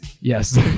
yes